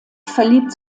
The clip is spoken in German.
verliebt